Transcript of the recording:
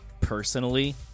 personally